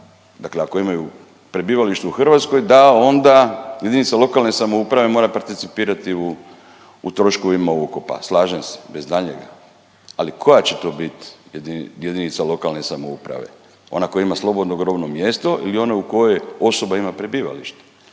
dakle ako imaju prebivalište u Hrvatskoj da onda jedinica lokalne samouprave mora participirati u troškovima ukopa. Slažem se, bez daljnjega. Ali koja je to biti jedinica lokalne samouprave? Ona koja ima slobodno grobno mjesto ili ona u kojoj osoba ima prebivalište?